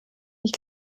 ich